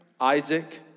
Isaac